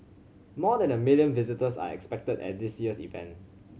more than a million visitors are expected at this year's event